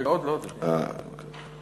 רגע, עוד לא, עוד לא.